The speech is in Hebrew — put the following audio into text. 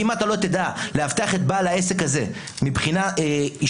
כי אם אתה לא תדע לאבטח את בעל העסק הזה מבחינה אישיותיות,